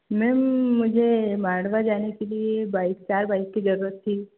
ma'am मुझे बाड़वा जाने के लिए बाइक चार बाइक की जरुरत थी